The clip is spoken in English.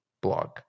blog